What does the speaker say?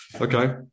Okay